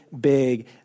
big